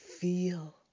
feel